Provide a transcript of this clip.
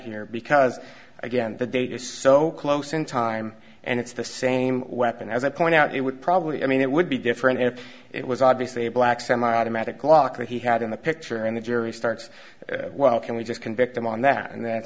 here because again the date is so close in time and it's the same weapon as i point out it would probably i mean it would be different if it was obviously a black semiautomatic glock that he had in the picture and the jury starts well can we just convict him on that and then